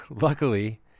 luckily